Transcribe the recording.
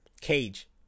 Cage